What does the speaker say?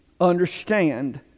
understand